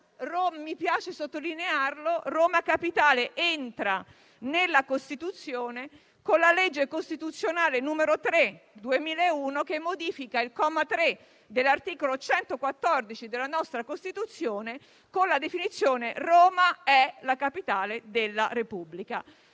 Mi piace sottolineare che Roma Capitale entra nella Costituzione con la legge costituzionale n. 3 del 2001, che modifica il comma 3 dell'articolo 114 della nostra Costituzione con la definizione: «Roma è la capitale della Repubblica».